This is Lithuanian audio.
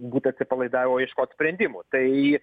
būt atsipalaidavę o ieškot sprendimų tai